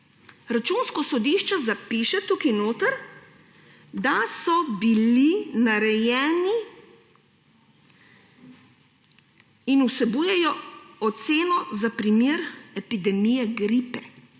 Računsko sodišče zapiše tukaj notri, da so bili narejeni in vsebujejo oceno za primer epidemije gripe.